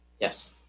yes